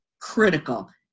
critical